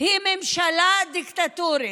היא ממשלה דיקטטורית.